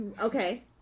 Okay